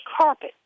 carpet